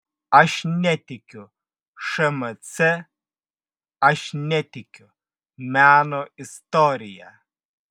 aš netikiu šmc aš netikiu meno istorija